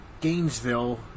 Gainesville